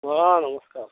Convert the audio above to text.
ହଁ ନମସ୍କାର